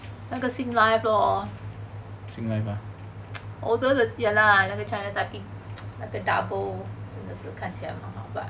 那个 singlife lor although ya lah 那个 china taiping 那个 double 看起来蛮好 but